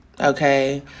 okay